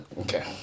Okay